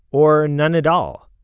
or none at all.